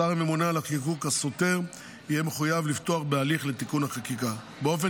השר הממונה על החיקוק הסותר יהיה מחויב לפתוח בהליך לתיקון החקיקה באופן